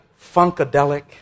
Funkadelic